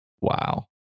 Wow